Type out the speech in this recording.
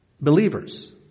believers